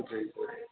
جی جی